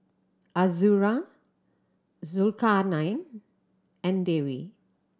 Azura Zulkarnain and Dewi